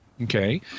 Okay